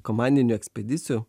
komandinių ekspedicijų